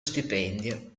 stipendio